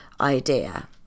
idea